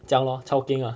这样 lor chao keng lah